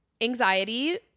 anxiety